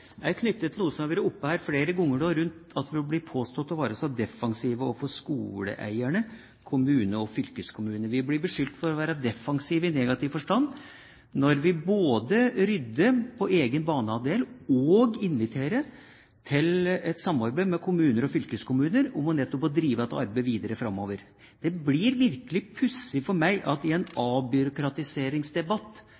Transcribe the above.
er knyttet til noe som har vært oppe her flere ganger, at vi blir påstått å være så defensive overfor skoleeierne, kommune og fylkeskommune. Vi blir beskyldt for å være defensive i negativ forstand når vi både rydder på egen banehalvdel og inviterer til et samarbeid med kommuner og fylkeskommuner om nettopp å drive dette arbeidet videre framover. Det blir virkelig pussig for meg at i en